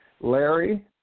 Larry